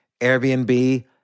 Airbnb